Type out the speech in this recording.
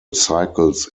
cycles